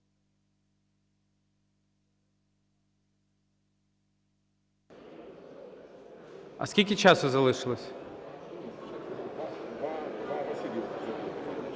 А скільки часу залишилося?